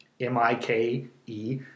M-I-K-E